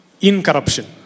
incorruption